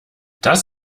das